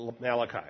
Malachi